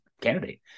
candidate